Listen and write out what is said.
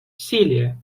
celia